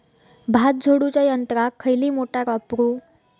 भात झोडूच्या यंत्राक खयली मोटार वापरू?